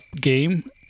game